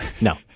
No